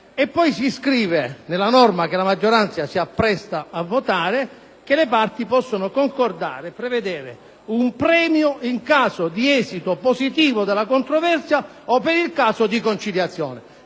12.8, alla lettera *c)*, che la maggioranza si appresta a votare, che le parti possono prevedere «un premio in caso di esito positivo della controversia o per il caso di conciliazione».